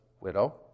widow